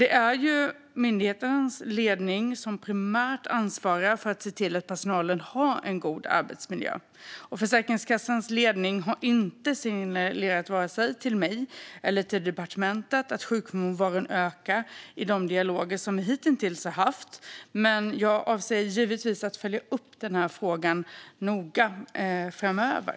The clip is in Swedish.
Det är myndighetens ledning som primärt ansvarar för att se till att personalen har en god arbetsmiljö, och Försäkringskassans ledning har inte signalerat till vare sig mig eller departementet att sjukfrånvaron ökar i de dialoger som vi hitintills har haft. Men jag avser givetvis att följa upp denna fråga noga framöver.